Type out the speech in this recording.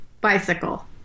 bicycle